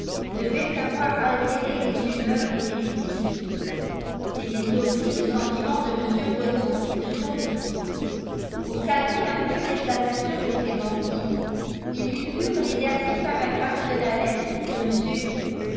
devaient avoir altéré les humeurs et les tissus c'était aussi le sentiment de mr renault et de son fils pour calmer un peu l'exaltation de clémentine ils lui lurent les derniers paragraphes de la lettre de